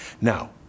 Now